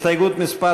הסתייגות מס'